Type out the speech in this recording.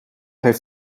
heeft